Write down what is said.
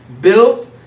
built